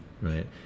right